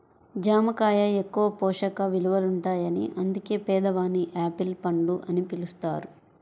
జామ కాయ ఎక్కువ పోషక విలువలుంటాయని అందుకే పేదవాని యాపిల్ పండు అని పిలుస్తారు